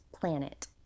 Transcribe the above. planet